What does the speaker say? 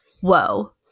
whoa